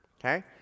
Okay